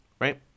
right